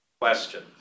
question